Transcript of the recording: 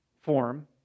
form